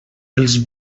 els